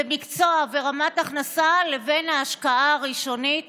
מקצוע ורמת הכנסה לבין ההשקעה הראשונית